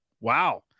Wow